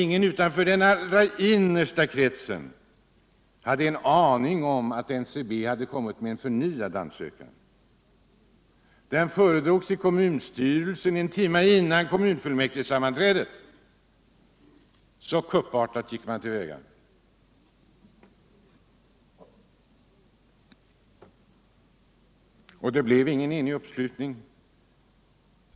Ingen utanför den allra innersta kretsen hade en aning om att NCB hade gjort en förnyad ansökan. Den föredrogs i kommunstyrelsen en timme före kommunfullmäktigesammanträdet — så kuppartat gick det till. Det blev ingen enig uppslutning bakom NCB i Kramfors kommunfullmäktige.